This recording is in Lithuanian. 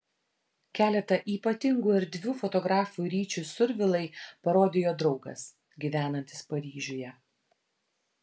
keletą ypatingų erdvių fotografui ryčiui survilai parodė jo draugas gyvenantis paryžiuje